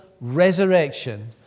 resurrection